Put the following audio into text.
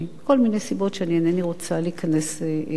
מכל מיני סיבות שאינני רוצה להיכנס אליהן.